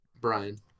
Brian